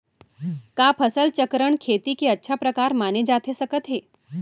का फसल चक्रण, खेती के अच्छा प्रकार माने जाथे सकत हे?